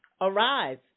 Arise